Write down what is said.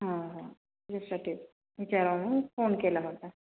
हा हा त्याचसाठी विचारायला फोन केला होता